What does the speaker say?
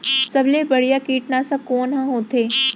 सबले बढ़िया कीटनाशक कोन ह होथे?